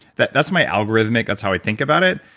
that's that's my algorithmic, that's how i think about it.